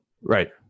Right